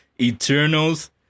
Eternals